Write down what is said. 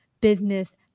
business